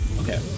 okay